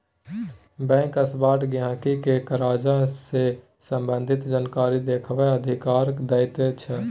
bank सबटा गहिंकी केँ करजा सँ संबंधित जानकारी देखबाक अधिकार दैत छै